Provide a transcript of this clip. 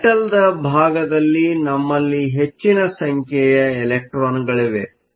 ಮೆಟಲ್Metalನ ಭಾಗದಲ್ಲಿ ನಮ್ಮಲ್ಲಿ ಹೆಚ್ಚಿನ ಸಂಖ್ಯೆಯ ಇಲೆಕ್ಟ್ರಾನ್ಗಳಿವೆ